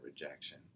rejection